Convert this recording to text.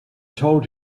told